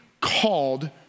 called